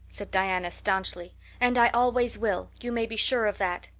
said diana stanchly, and i always will, you may be sure of that.